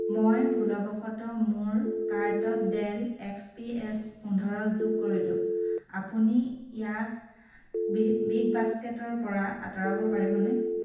মই ভুলবশত মোৰ কাৰ্টত ডেল এক্স পি এছ পোন্ধৰ যোগ কৰিলোঁ আপুনি ইয়াক বি বিগবাস্কেটৰ পৰা আঁতৰাব পাৰিবনে